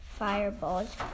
Fireballs